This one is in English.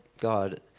God